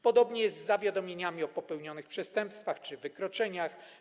Podobnie jest z zawiadomieniami o popełnionych przestępstwach czy wykroczeniach.